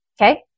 Okay